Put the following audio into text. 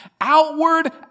outward